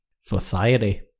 Society